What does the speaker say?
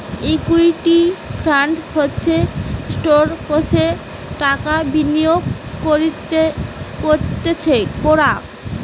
equity fund হচ্ছে স্টকসে টাকা বিনিয়োগ করতিছে কোরা